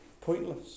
pointless